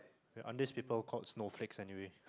the underage people called snowflakes anyway